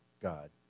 God